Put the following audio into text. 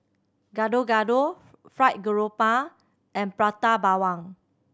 Gado Gado fried grouper and Prata Bawang